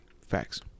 Facts